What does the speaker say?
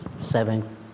seven